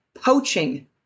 poaching